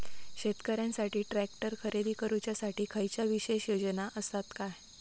शेतकऱ्यांकसाठी ट्रॅक्टर खरेदी करुच्या साठी खयच्या विशेष योजना असात काय?